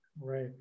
Right